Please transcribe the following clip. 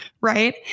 Right